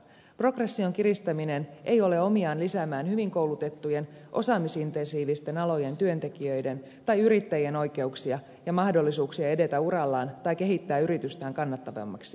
progression kiristäminen ei ole omiaan lisäämään hyvin koulutettujen osaamisintensiivisten alojen työntekijöiden tai yrittäjien oikeuksia ja mahdollisuuksia edetä urallaan tai kehittää yritystään kannattavammaksi